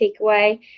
takeaway